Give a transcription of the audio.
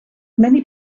many